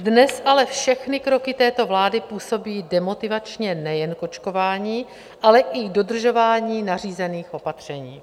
Dnes ale všechny kroky této vlády působí demotivačně nejen k očkování, ale i dodržování nařízených opatření.